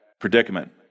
predicament